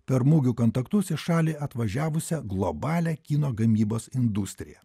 per mugių kontaktus į šalį atvažiavusią globalią kino gamybos industriją